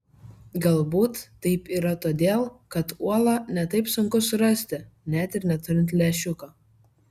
galbūt taip yra todėl kad uolą ne taip sunku surasti net ir neturint lęšiuko